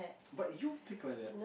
but if you pick like that